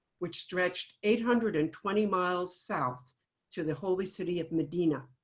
which stretched eight hundred and twenty miles south to the holy city of medina.